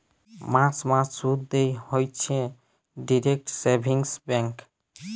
মাস মাস শুধ দেয় হইছে ডিইরেক্ট সেভিংস ব্যাঙ্ক